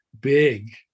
big